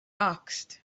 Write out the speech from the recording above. asked